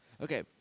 okay